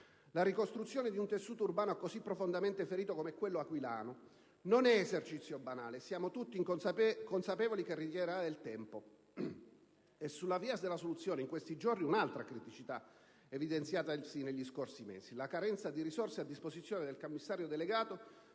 La ricostruzione di un tessuto urbano, così profondamente ferito come quello aquilano, non è esercizio banale e siamo tutti consapevoli che richiederà del tempo. È sulla via della soluzione, in questi giorni, un'altra criticità evidenziatasi negli scorsi mesi: la carenza di risorse a disposizione del commissario delegato